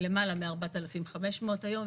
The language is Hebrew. למעלה מ-4,500 היום.